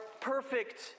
perfect